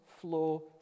flow